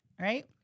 right